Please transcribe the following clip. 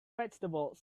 vegetables